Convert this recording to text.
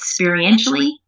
experientially